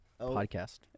podcast